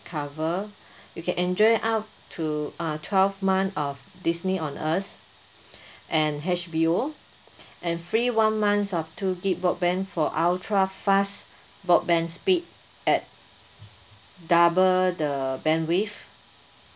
cover you can enjoy up two uh twelve month of Disney on us and H_B_O and free one month of two gig broadband for ultra fast broadband speed at double the bandwidth